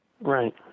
Right